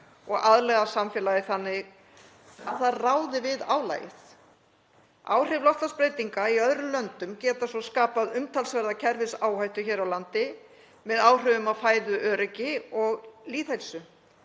og aðlaga samfélagið þannig að það ráði við álagið. Áhrif loftslagsbreytinga í öðrum löndum geta svo skapað umtalsverðar kerfisáhættu hér á landi með áhrifum á fæðuöryggi og lýðheilsu.